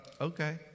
okay